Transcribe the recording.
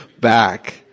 back